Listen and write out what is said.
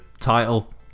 title